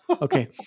okay